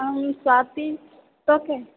हम स्वाती तऽ के